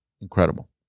incredible